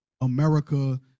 America